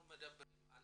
אנחנו מדברים על